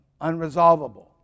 unresolvable